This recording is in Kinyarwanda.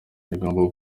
igomba